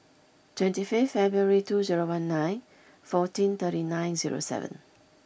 twenty fifth February two zero one nine fourteen thirty nine zero seven